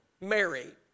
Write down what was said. Mary